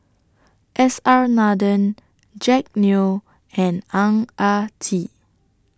S R Nathan Jack Neo and Ang Ah Tee